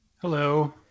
Hello